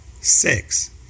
Six